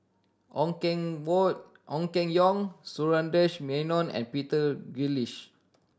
Ong Keng Wong Ong Keng Yong Sundaresh Menon and Peter